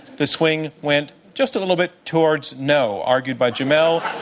the swing went just a little bit towards no, argued by jamelle,